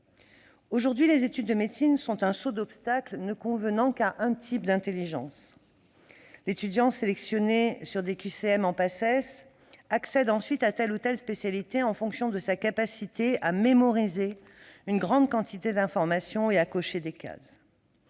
Aujourd'hui, les études de médecine représentent un saut d'obstacles ne convenant qu'à un type d'intelligence. L'étudiant, sélectionné par des questionnaires à choix multiples en Paces, accède ensuite à telle ou telle spécialité en fonction de sa capacité à mémoriser une grande quantité d'informations et à cocher des cases.